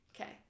Okay